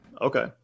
Okay